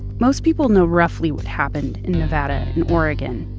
most people know roughly what happened in nevada and oregon.